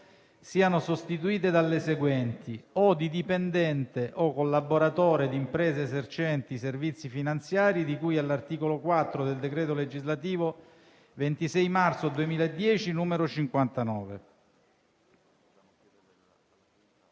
siano sostituite dalle seguenti: «o di dipendente o collaboratore di imprese esercenti i servizi finanziari di cui all'articolo 4 del decreto legislativo 26 marzo 2010, n. 59».